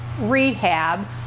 rehab